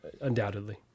undoubtedly